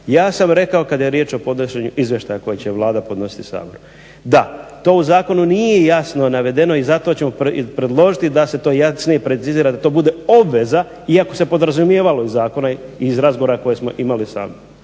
ja sam rekao kada je riječ o podnošenju izvještaja koje će Vlada podnositi Saboru da to u zakonu nije jasno navedeno i zato ćemo predložiti da se to jasnije precizira da to bude obveza iako se podrazumijevalo iz zakona i iz razgovara koje smo imali sa